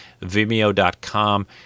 vimeo.com